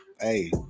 Hey